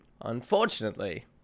Unfortunately